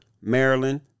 Maryland